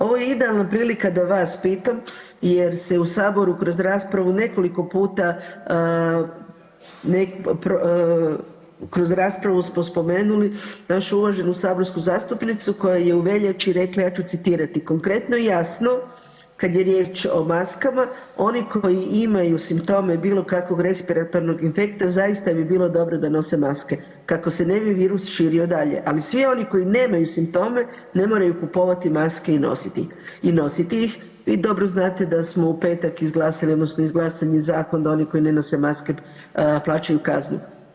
Ovo je idealna prilika da vas pitam jer se je u saboru kroz raspravu nekoliko puta, kroz raspravu smo spomenuli našu uvaženu saborsku zastupnicu koja je u veljači rekla, ja ću citirati: „Konkretno i jasno kada je riječ o maskama oni koji imaju simptome bilo kakvog respiratornog infekta zaista bi bilo dobro da nose maske kako se ne bi virus širo dalje, ali svi oni koji nemaju simptome ne moraju kupovati maske i nositi ih.“ Vi dobro znate da smo u petak izglasali odnosno izglasan je zakon da oni ne nose maske plaćaju kaznu.